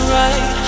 right